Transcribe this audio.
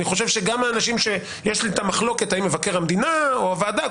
אני חושב שגם האנשים שיש לי איתם מחלוקת האם מבקר המדינה או הוועדה,